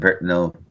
no